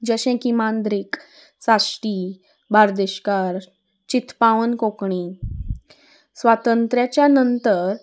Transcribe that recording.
जशें की मांद्रीक साश्टी बार्देशकार चितपावन कोंकणी स्वातंत्र्याच्या नंतर